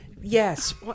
yes